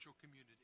community